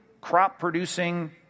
crop-producing